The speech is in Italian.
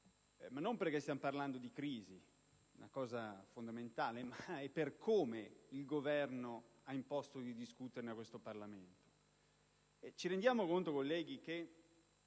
e non perché stiamo parlando di crisi, ma per come il Governo ha imposto di discuterne a questo Parlamento. Ci rendiamo conto, colleghi, che